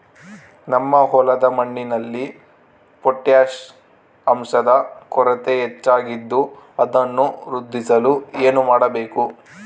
ನಮ್ಮ ಹೊಲದ ಮಣ್ಣಿನಲ್ಲಿ ಪೊಟ್ಯಾಷ್ ಅಂಶದ ಕೊರತೆ ಹೆಚ್ಚಾಗಿದ್ದು ಅದನ್ನು ವೃದ್ಧಿಸಲು ಏನು ಮಾಡಬೇಕು?